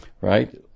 right